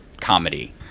comedy